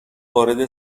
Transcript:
وارد